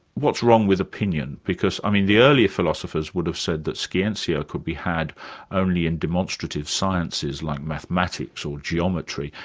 what's wrong with opinio, and because um the earlier philosophers would have said that scientia could be had only in demonstrative sciences like mathematics or geometry,